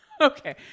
Okay